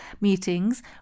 meetings